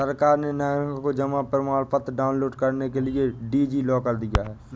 सरकार ने नागरिकों को जमा प्रमाण पत्र डाउनलोड करने के लिए डी.जी लॉकर दिया है